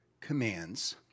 commands